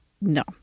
no